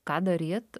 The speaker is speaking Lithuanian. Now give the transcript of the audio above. ką daryt